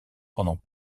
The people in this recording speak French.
pendant